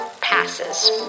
passes